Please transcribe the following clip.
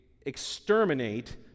exterminate